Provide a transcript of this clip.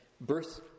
Birth